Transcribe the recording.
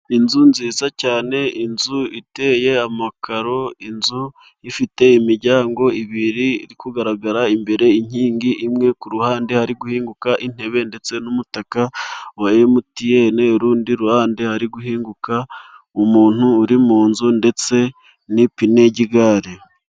Inzu nziza cyane, inzu iteye amakaro, inzu ifite imiryango ibiri, iri kugaragara imbere inkingi imwe, kuruhande hari guhinguka intebe ndetse n'umutaka wa emutiyene, urundi ruhande hari guhinguka umuntu uri mu nzu ndetse n'ipine y'igare.